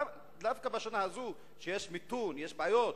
דווקא בשנה הזאת, כשיש מיתון, יש בעיות,